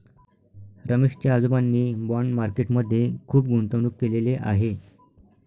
रमेश च्या आजोबांनी bond market मध्ये खुप गुंतवणूक केलेले आहे